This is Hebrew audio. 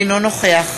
אינו נוכח